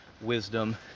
wisdom